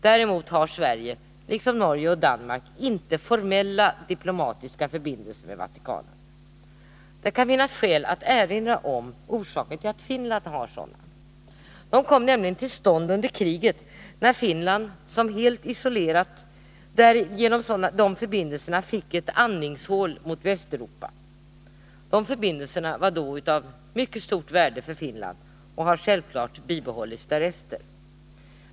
Däremot har Sverige, liksom Norge och Danmark, inte formella diplomatiska förbindelser med Vatikanen. Det kan finnas skäl att erinra om orsaken till att Finland har sådana. De kom nämligen till stånd under kriget, när Finland, som var helt isolerat, genom de förbindelserna fick ett andningshål mot Västeuropa. De förbindelserna var då av mycket stor vikt för Finland och har självfallet bibehållits därefter.